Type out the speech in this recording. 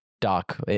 Doc